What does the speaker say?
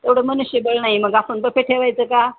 तेवढं मनुष्यबळ नाही मग आपण बपे ठेवायचं का